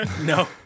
No